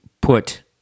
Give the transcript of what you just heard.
put